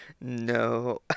No